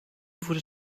wurde